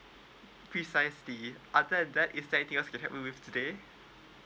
free size fee other than that is there anything else I can help you with today